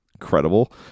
incredible